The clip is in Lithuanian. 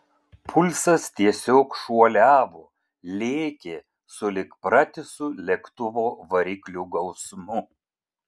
pulsas tiesiog šuoliavo lėkė sulig pratisu lėktuvo variklių gausmu